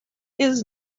his